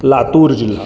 लातूर जिल्हा